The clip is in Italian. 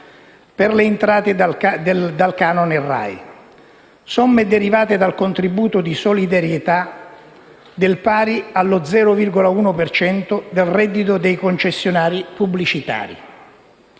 per le entrate del canone RAI; somme derivanti dal contributo di solidarietà pari allo 0,1 per cento del reddito dei concessori pubblicitari.